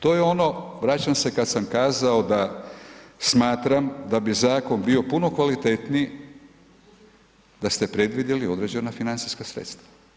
To je ono vraćam se kada sam kazao, da smatram da bi zakon, bio puno kvalitetniji, da ste predvidjeli određena financijska sredstva.